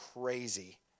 crazy